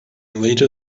later